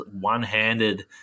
one-handed